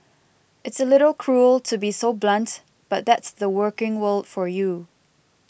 it's a little cruel to be so blunt but that's the working world for you